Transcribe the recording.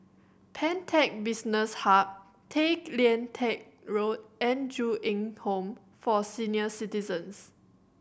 Pantech Business Hub Tay Lian Teck Road and Ju Eng Home for Senior Citizens